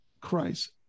Christ